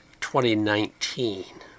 2019